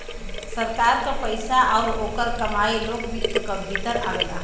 सरकार क पइसा आउर ओकर कमाई लोक वित्त क भीतर आवेला